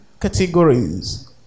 categories